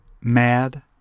mad